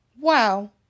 Wow